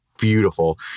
beautiful